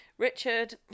Richard